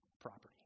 property